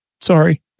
Sorry